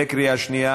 שנייה.